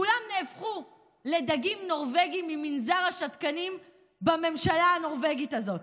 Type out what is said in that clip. כולם נהפכו לדגים נורבגיים ממנזר השתקנים בממשלה הנורבגית הזאת.